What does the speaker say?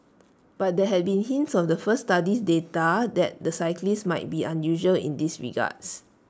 but there had been hints of the first study's data that the cyclists might be unusual in these regards